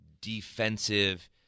defensive